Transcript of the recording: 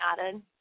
added